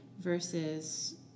versus